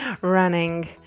running